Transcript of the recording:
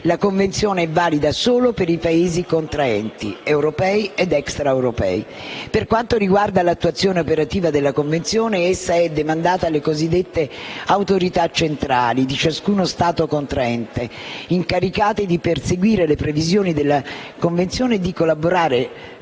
La Convenzione è valida solo per i Paesi contraenti (europei ed extraeuropei). Per quanto riguarda l'attuazione operativa della Convenzione, essa è demandata alle cosiddette autorità centrali di ciascuno Stato contraente, incaricate di perseguire le previsioni della Convenzione e di collaborare